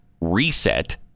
reset